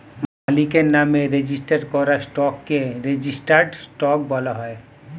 মালিকের নামে রেজিস্টার করা স্টককে রেজিস্টার্ড স্টক বলা হয়